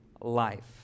life